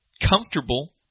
comfortable